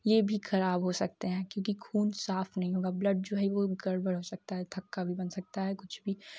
यह भी खराब हो सकते हैं क्योंकि खून साफ़ नहीं होगा ब्लड जो है वह गड़बड़ हो सकता है थक्का भी बन सकता है कुछ भी